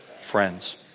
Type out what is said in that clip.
friends